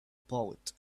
poet